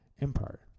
empire